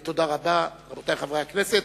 תודה רבה, רבותי חברי הכנסת.